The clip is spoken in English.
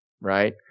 Right